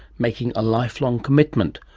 making a lifelong commitment.